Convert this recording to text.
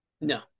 No